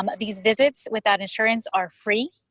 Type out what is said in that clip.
um these visits, without insurance, are free.